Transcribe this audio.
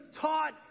taught